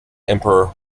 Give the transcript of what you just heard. emperor